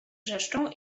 wrzeszczą